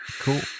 Cool